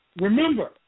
remember